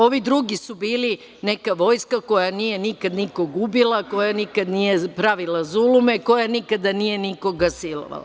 Ovi drugi su bili neka vojska koja nije nikad nikog ubila, koja nikad nije pravila zulume, koja nikada nikog nije silovala.